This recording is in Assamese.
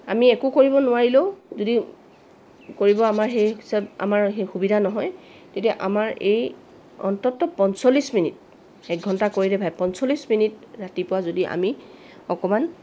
আমি একো কৰিব নোৱাৰিলেও যদি কৰিব আমাৰ সেইচব আমাৰ সুবিধা নহয় তেতিয়া আমাৰ এই অন্তত পঞ্চল্লিছ মিনিট একঘণ্টা কৰিলে ভাল পঞ্চল্লিছ মিনিট ৰাতিপুৱা যদি আমি অকণমান